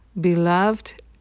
Beloved